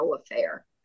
affair